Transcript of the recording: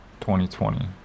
2020